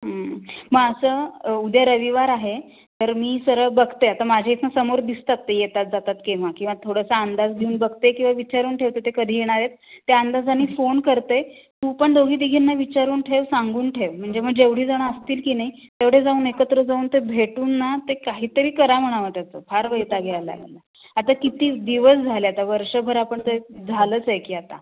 मग असं उद्या रविवार आहे तर मी सरळ बघते आता माझ्या इथून समोर दिसतात ते येतात जातात केव्हा किंवा थोडासा अंदाज घेऊन बघते किंवा विचारून ठेवते ते कधी येणार आहेत त्या अंदाजाने फोन करते तू पण दोघी तिघींना विचारून ठेव सांगून ठेव म्हणजे मग जेवढीजण असतील की नाही तेवढे जाऊन एकत्र जाऊन ते भेटून ना ते काहीतरी करा म्हणावं त्याचं फार वैताग यायला लागला आहे आता किती दिवस झाले आता वर्षभर आपण ते झालंच आहे की आता